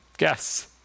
Yes